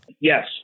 Yes